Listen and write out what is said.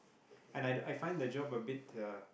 and I I find the job a bit uh